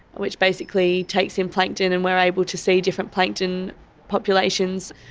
which basically takes in plankton and we are able to see different plankton populations,